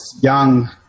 young